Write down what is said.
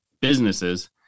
businesses